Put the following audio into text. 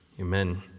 Amen